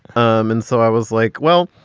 um and so i was like, well,